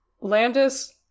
Landis